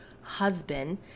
husband